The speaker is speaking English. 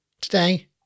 Today